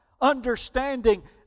understanding